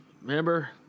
Remember